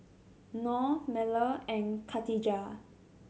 Nor Melur and Khatijah